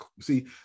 See